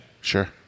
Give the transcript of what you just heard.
Sure